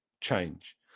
change